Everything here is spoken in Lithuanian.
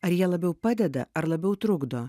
ar jie labiau padeda ar labiau trukdo